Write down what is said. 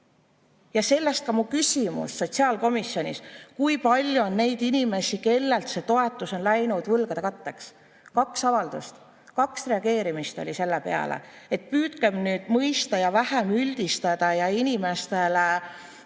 Ja sellest ka mu küsimus sotsiaalkomisjonis: kui palju on neid inimesi, kellel see toetus on läinud võlgade katteks? Kaks avaldust, kaks reageerimist on olnud. Püüdkem mõista ja vähem üldistada, [ei maksa] inimestele võlglase